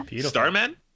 starman